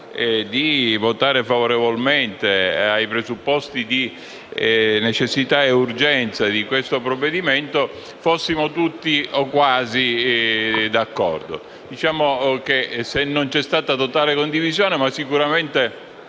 di votare favorevolmente ai presupposti di necessità e urgenza di questo provvedimento fossimo tutti, o quasi, d'accordo. Se non c'è stata totale condivisione, sicuramente